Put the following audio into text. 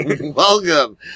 Welcome